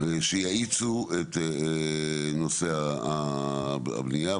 שיאיצו את נושא הבנייה.